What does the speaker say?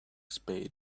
spade